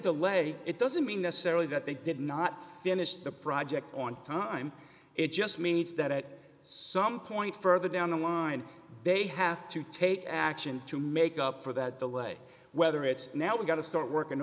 delay it doesn't mean necessarily that they did not finish the project on time it just means that at some point further down the line they have to take action to make up for that the way whether it's now we've got to start working